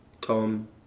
Tom